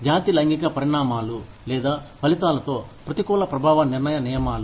జాతి లైంగిక పరిణామాలు లేదా ఫలితాలతో ప్రతికూల ప్రభావ నిర్ణయ నియమాలు